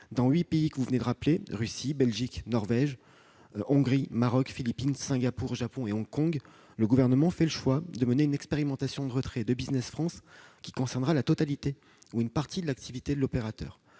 Dans ces huit pays- la Russie, la Belgique, la Norvège, la Hongrie, le Maroc, les Philippines, Singapour, le Japon et Hong Kong -, le Gouvernement a fait le choix de mener une expérimentation de retrait de Business France, qui concernera la totalité ou une partie de l'activité de l'opérateur.